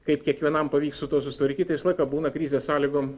kaip kiekvienam pavyks su tuo susitvarkyt tai visą laiką būna krizės sąlygom